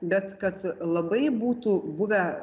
bet kad labai būtų buvę